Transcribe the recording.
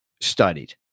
studied